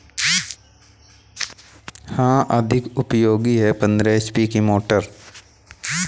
गेहूँ सिंचाई के लिए पंद्रह एच.पी की मोटर अधिक उपयोगी है?